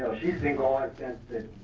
she singled out since,